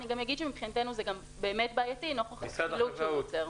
אני גם אגיד שמבחינתנו זה באמת בעייתי נוכח הכפילות שהוא יוצר.